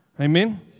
amen